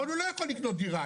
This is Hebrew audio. אבל הוא לא יכול לקנות דירה,